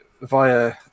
via